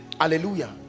Hallelujah